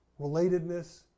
relatedness